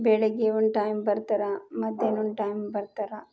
ಬೆಳಗ್ಗೆ one time ಬರ್ತಾರ ಮಧ್ಯಾಹ್ನ ಒನ್ ಟೈಮ್ ಬರ್ತಾರ